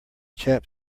chap